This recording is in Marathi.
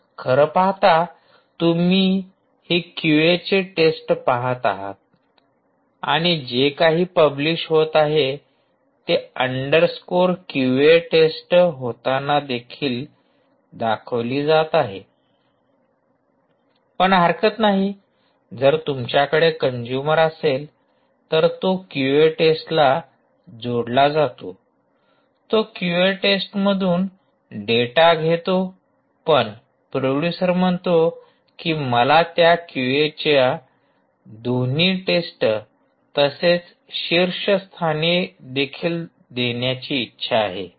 खरं पाहता तुम्ही ही क्यूएचे टेस्ट पहात आहात आणि जे काही पब्लिश होत आहे ते अंडरस्कोर क्यूए टेस्ट होताना दाखवली जात आहे पण हरकत नाही जर तुमच्याकडे कंज्यूमर असेल तर तो क्यूए टेस्टला जोडला जातो तो क्यूए टेस्ट मधून डेटा घेतो पण प्रोड्युसर म्हणतो की मला त्या क्यूएच्या दोन्ही टेस्ट तसेच शीर्षस्थानी देखील देण्याची इच्छा आहे